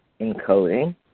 encoding